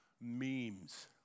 memes